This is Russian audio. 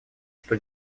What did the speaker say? что